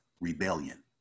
rebellion